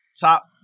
top